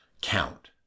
count